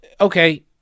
okay